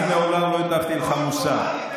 אני מעולם לא הטפתי לך מוסר,